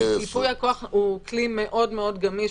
ייפוי הכוח הוא כלי מאוד מאוד גמיש,